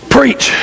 Preach